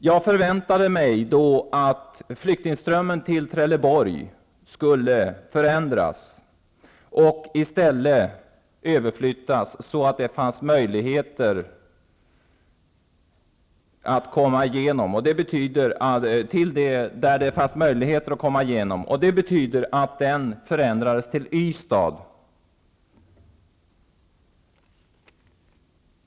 Jag förväntade mig att flyktingströmmen till Trelleborg skulle förändras och överflyttas dit där det fanns möjligheter att komma igenom. Det betydde att den flyttades över till Ystad.